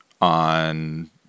on